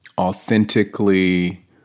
authentically